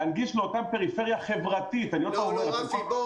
להנגיש לאותה פריפריה חברתית --- רפי,